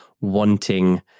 wanting